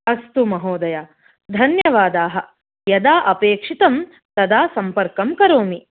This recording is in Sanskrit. अस्तु महोदय धन्यवादाः यदा अपेक्षितं तदा सम्पर्कं करोमि